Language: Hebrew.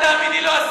אל תאמיני לו,